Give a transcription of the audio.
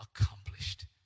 accomplished